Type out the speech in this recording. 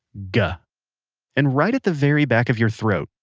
yeah and right at the very back of your throat,